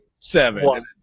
Seven